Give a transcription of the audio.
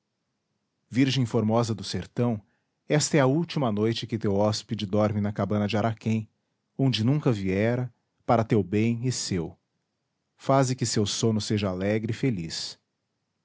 virgem formosa do sertão esta é a última noite que teu hóspede dorme na cabana de araquém onde nunca viera para teu bem e seu faze que seu sono seja alegre e feliz